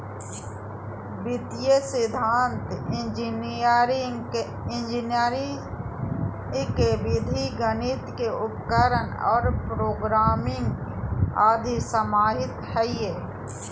वित्तीय सिद्धान्त इंजीनियरी के विधि गणित के उपकरण और प्रोग्रामिंग आदि समाहित हइ